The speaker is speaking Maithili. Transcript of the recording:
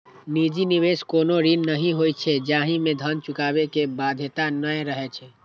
निजी निवेश कोनो ऋण नहि होइ छै, जाहि मे धन चुकाबै के बाध्यता नै रहै छै